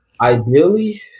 Ideally